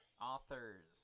Authors